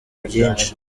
byinshi